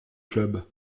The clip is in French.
club